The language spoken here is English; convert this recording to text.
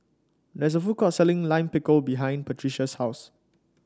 there's a food court selling Lime Pickle behind Patricia's house